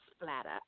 splatter